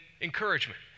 encouragement